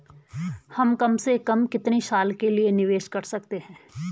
हम कम से कम कितने साल के लिए निवेश कर सकते हैं?